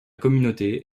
communauté